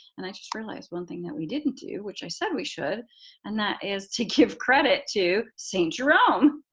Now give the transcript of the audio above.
and i just realized one thing that we didn't do which i said we should and that is to give credit to st. jerome.